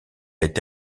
été